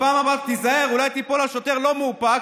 בפעם הבאה, תיזהר, אולי תיפול על שוטר לא מאופק,